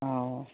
ꯑꯣ